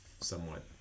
somewhat